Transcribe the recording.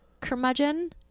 curmudgeon